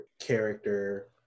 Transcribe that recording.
character